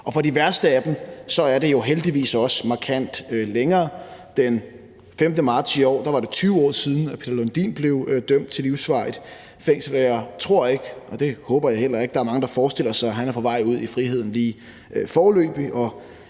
For de værste af dem er det jo heldigvis også markant længere. Den 5. marts i år var det 20 år siden, at Peter Lundin blev dømt til livsvarigt fængsel, og jeg tror ikke – og det håber jeg heller ikke – der er mange, der forestiller sig, at han er på vej ud i friheden lige foreløbig.